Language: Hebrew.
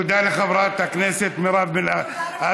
תודה לחברת הכנסת מרב מיכאלי.